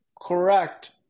Correct